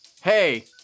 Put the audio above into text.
hey